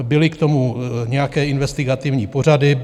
Byly k tomu nějaké investigativní pořady.